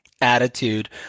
attitude